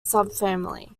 subfamily